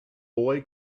boy